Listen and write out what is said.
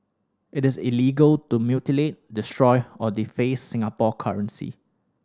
it is illegal to mutilate destroy or deface Singapore currency